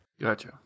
Gotcha